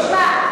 תשמע,